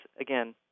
again